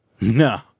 No